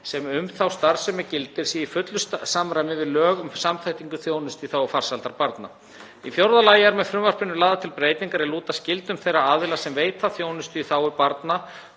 sem um þá starfsemi gildir sé í fullu samræmi við lög um samþættingu þjónustu í þágu farsældar barna. Í fjórða lagi eru með frumvarpinu lagðar til breytingar er lúta að skyldum þeirra aðila sem veita þjónustu í þágu barna